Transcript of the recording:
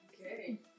Okay